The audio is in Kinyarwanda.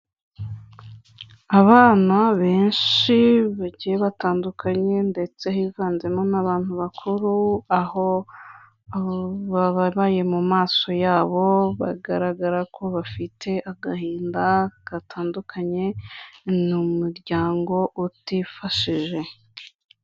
Abana benshi bagiye batandukanye ndetse hivanzemo n'abantu bakuru aho bababaye mu maso yabo bagaragara ko bafite agahinda gatandukanye, ni umuryango utifashije.